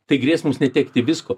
tai grės mums netekti visko